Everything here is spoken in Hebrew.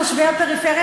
תושבי הפריפריה,